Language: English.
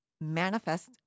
manifest